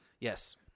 Yes